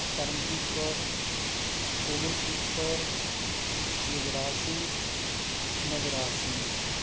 Karamjit Kaur Komalpreet Kaur Yuvraj Singh Navraj Singh